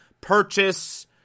purchase